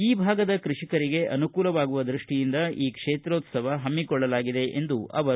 ಈ ಭಾಗದ ಕೃಷಿಕರಿಗೆ ಅನುಕೂಲವಾಗುವ ದೃಷ್ಟಿಯಿಂದ ಈ ಕ್ಷೇತ್ರೋತ್ಸವ ಹಮ್ಮಿಕೊಳ್ಳಲಾಗಿದೆ ಎಂದರು